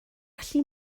gallu